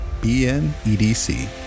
BNEDC